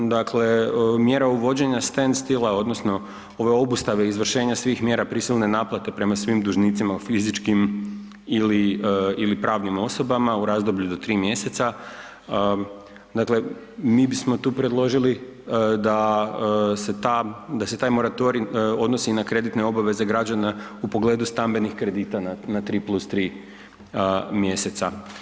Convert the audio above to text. Dakle mjera uvođenja stend stila odnosno ove obustave izvršenja svih mjera prisilne naplate prema svim dužnicima u fizičkim ili pravnim osobama u razdoblju do 3 mjeseca, dakle mi bismo tu predložili da se ta, da se taj moratorij odnosi i na kreditne obaveze građana u pogledu stambenih kredita na 3 + 3 mjeseca.